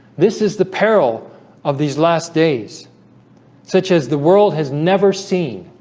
this is the peril of these last days such as the world has never seen